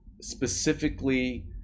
specifically